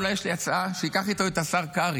אולי יש לי הצעה: שייקח איתו את השר קרעי.